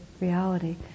reality